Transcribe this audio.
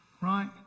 Right